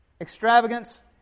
Extravagance